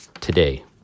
Today